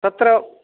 तत्र